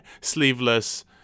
sleeveless